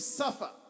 suffer